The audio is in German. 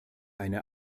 eine